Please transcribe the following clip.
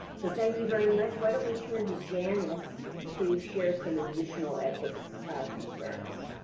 so thank you very much. why don't we turn to janis to share some additional ethics concerns.